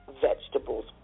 vegetables